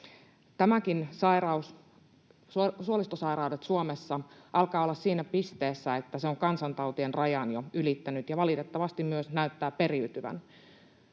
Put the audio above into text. sairaus, suolistosairaudet Suomessa, alkaa olla siinä pisteessä, että se on kansantautien rajan jo ylittänyt ja valitettavasti myös näyttää periytyvän.